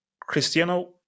Cristiano